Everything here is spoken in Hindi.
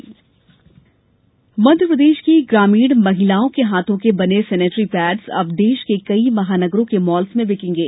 गोपाल भार्गव मध्यप्रदेश की ग्रामीण महिलाओं के हाथों के बने सैनिटरी पैड्स अब देश के कई महानगरों के मॉल्स में मिलेंगे